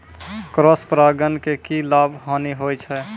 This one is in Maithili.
क्रॉस परागण के की लाभ, हानि होय छै?